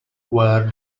were